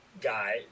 guy